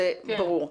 זה מכוח החוק.